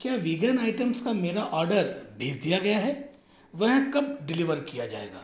क्या vegan items का मेरा ऑडर भेज दिया गया है वह कब डिलीवर किया जाएगा